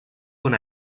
con